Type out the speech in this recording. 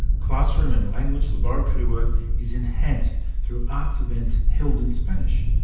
classroom and language laboratory work is enhanced through arts events held in spanish.